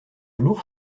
lourds